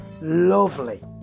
Lovely